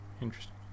interesting